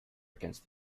against